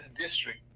district